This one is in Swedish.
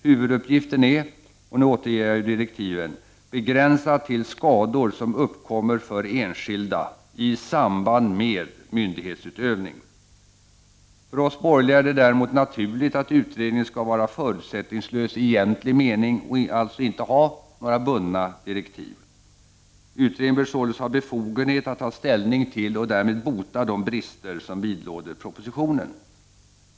Huvuduppgiften är — och nu återger jag ur direktiven — begränsad till skador som uppkommer för enskilda i samband med myndighetsutövning. För oss borgerliga är det däremot naturligt att utredningen skall vara förutsättningslös i egentlig mening och alltså inte ha bundna direktiv. Utredningen bör således ha befogenhet att ta ställning till och därmed bota de brister som vidlåder propositionen.